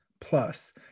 plus